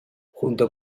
junto